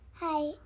Hi